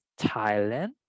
Thailand